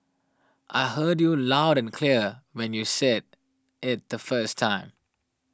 I heard you loud and clear when you said it the first time